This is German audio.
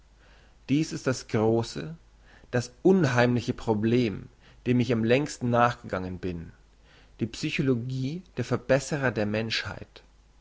dies ist das grosse das unheimliche problem dem ich am längsten nachgegangen bin die psychologie der verbesserer der menschheit